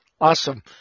Awesome